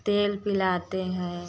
तेल पिलाते हैं